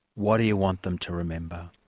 what do you want them to remember?